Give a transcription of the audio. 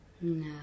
No